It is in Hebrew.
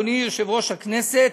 אדוני יושב-ראש הכנסת,